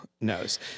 knows